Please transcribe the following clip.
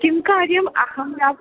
किं कार्यम् अहं न